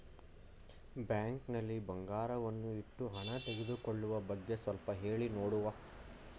Bank ನಲ್ಲಿ ಬಂಗಾರವನ್ನು ಇಟ್ಟು ಹಣ ತೆಗೆದುಕೊಳ್ಳುವ ಬಗ್ಗೆ ಸ್ವಲ್ಪ ಹೇಳಿ ನೋಡುವ?